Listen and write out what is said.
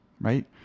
right